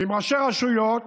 ועם ראשי רשויות,